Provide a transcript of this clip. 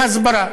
והסברה.